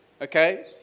okay